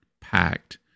packed